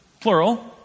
plural